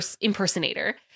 impersonator